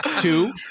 Two